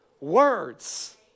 words